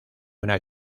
una